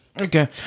Okay